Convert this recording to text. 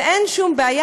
ואין שום בעיה,